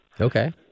Okay